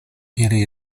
ili